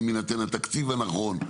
אם יינתן התקציב הנכון,